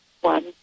one